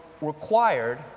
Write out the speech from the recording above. required